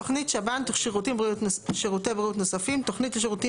"תוכנית שב"ן" (שירותי בריאות נוספים) - תוכנית לשירותים